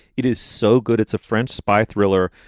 it is so good. it's a french spy thriller.